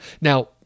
Now